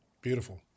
Beautiful